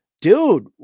Dude